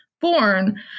Born